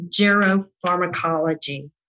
geropharmacology